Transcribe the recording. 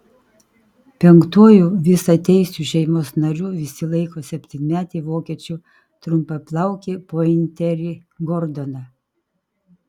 penktuoju visateisiu šeimos nariu visi laiko septynmetį vokiečių trumpaplaukį pointerį gordoną